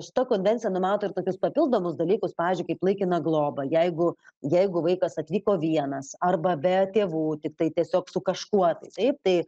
šita konvencija numato ir tokius papildomus dalykus pavyzdžiui kaip laikiną globą jeigu jeigu vaikas atvyko vienas arba be tėvų tiktai tiesiog su kažkuo taip tai